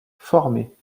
formés